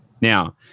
Now